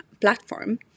platform